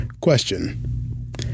Question